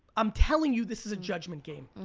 i'm telling you this is a judgment game.